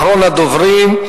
אחרון הדוברים,